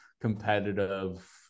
competitive